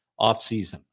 offseason